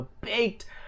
baked